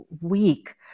week